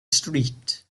street